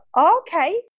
okay